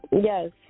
Yes